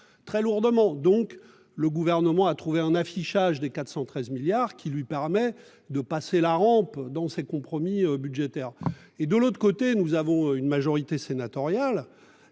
très lourdement. Donc le gouvernement a trouvé un affichage des 413 milliards qui lui permet de passer la rampe dans ces compromis budgétaire et de l'autre côté nous avons une majorité sénatoriale